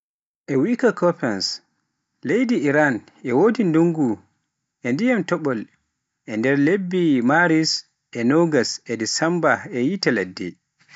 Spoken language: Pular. E wiyde Koppens leydi Iran e wodi ndungu e dyiman topol e nder lebbe Maris e nogas e Desemba e yiite ladde.